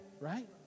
Right